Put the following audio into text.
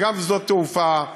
וגם שדות תעופה,